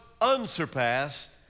unsurpassed